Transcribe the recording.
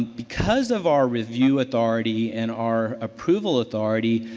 because of our review authority and our approval authority,